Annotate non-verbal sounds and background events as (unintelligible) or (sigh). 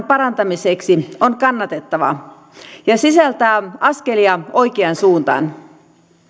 (unintelligible) parantamiseksi on kannatettava ja sisältää askelia oikeaan suuntaan